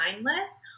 mindless